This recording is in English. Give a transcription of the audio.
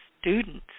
students